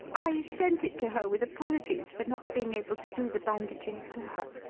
i sent it to her with apologies for not being able to do the bandaging for her.